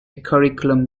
curriculum